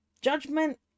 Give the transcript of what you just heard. judgment